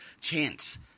chance